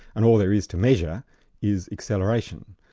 and all there is to measure is acceleration.